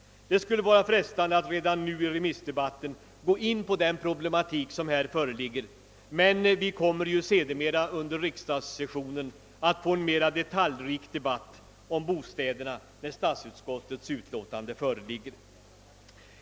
Det skulle vara frestande att redan i dag gå in på den problematik som här föreligger, men vi kommer ju sedermera under riksdagssessionen att få en mera detaljrik debatt om bostäderna när statsutskottets utlåtande föreligger.